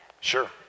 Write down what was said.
sure